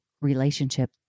relationship